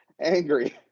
angry